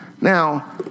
Now